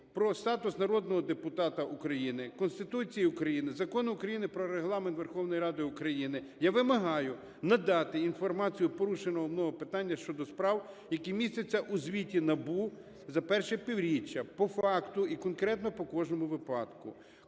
"Про статус народного депутата України", Конституції України, Закону України "Про Регламент Верховної Ради України" я вимагаю надати інформацію порушеного мною питання щодо справ, які містяться у звіті НАБУ за перше півріччя, по факту і конкретно по кожному випадку,